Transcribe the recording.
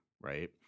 right